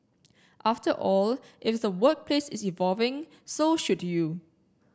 after all if the workplace is evolving so should you